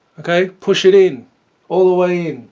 okay push it in all the way